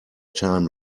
time